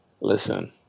Listen